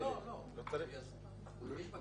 לא, ברגע שהוא הגיש את